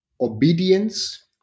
obedience